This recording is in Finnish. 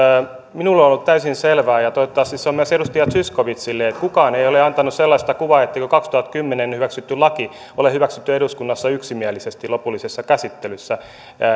minulle on ollut täysin selvää ja ja toivottavasti se on selvää myös edustaja zyskowiczille että kukaan ei ole antanut sellaista kuvaa etteikö kaksituhattakymmenen hyväksytty laki ole hyväksytty eduskunnassa yksimielisesti lopullisessa käsittelyssä